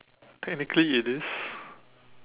technically it is